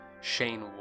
Shane